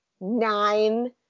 nine